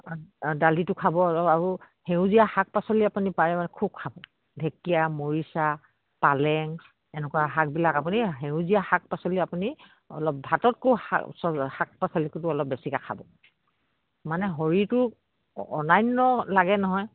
দালিটো খাব আৰু সেউজীয়া শাক পাচলি আপুনি পাৰে মানে খুব খাব ঢেকীয়া মৰিচা পালেং এনেকুৱা শাকবিলাক আপুনি সেউজীয়া শাক পাচলি আপুনি অলপ ভাততকে শাক পাচলিটো অলপ বেছিকে খাব মানে শৰীৰটোক অন্যান্য লাগে নহয়